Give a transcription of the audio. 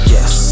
Yes